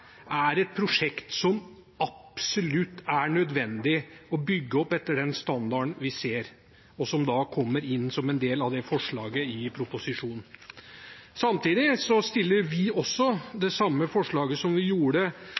er et prosjekt som det er absolutt nødvendig å bygge opp etter den standarden vi ser, og som kommer inn som en del av forslaget i proposisjonen. Vi fremmer det samme forslaget som vi gjorde